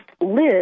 live